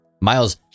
Miles